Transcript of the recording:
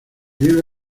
vive